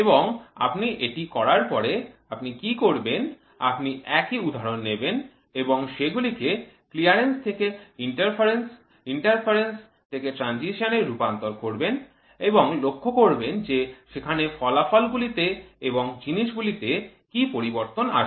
এবং আপনি এটি করার পরে আপনি কী করবেন আপনি একই উদাহরণ নেবেন এবং সেগুলিকে ক্লিয়ারেন্স থেকে ইন্টারফিয়ারেন্স ইন্টারফিয়ারেন্স থেকে ট্রানজিশন এ রূপান্তর করবেন এবং লক্ষ্য করবেন যে সেখানে ফলাফলগুলি তে এবং জিনিস গুলিতে কি পরিবর্তন আসে